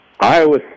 Iowa